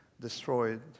destroyed